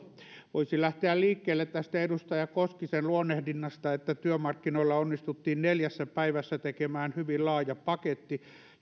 voisin lähteä liikkeelle tästä edustaja koskisen luonnehdinnasta että työmarkkinoilla onnistuttiin neljässä päivässä tekemään hyvin laaja paketti